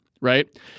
right